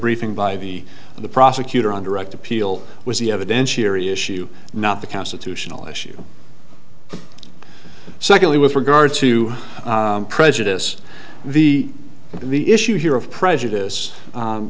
briefing by the the prosecutor on direct appeal was the evidentiary issue not the constitutional issue secondly with regard to prejudice the the issue here of prejudice